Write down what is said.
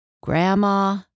Grandma